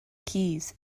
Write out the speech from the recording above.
keys